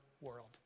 world